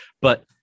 But-